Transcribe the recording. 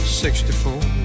64